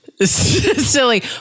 Silly